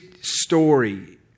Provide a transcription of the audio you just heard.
story